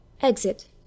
Exit